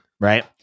right